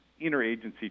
interagency